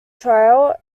trial